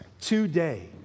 today